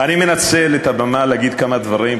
אני מנצל את הבמה להגיד כמה דברים,